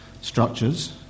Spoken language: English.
structures